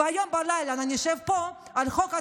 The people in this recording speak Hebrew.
והלילה נשב פה על חוק טבריה,